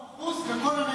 זה.